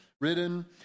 written